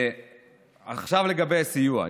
עכשיו לגבי הסיוע.